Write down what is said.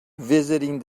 visiting